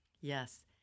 Yes